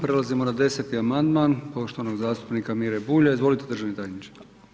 Prelazimo na 10. amandman poštovanog zastupnika Mire Bulja, izvolite državni tajniče.